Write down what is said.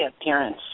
appearance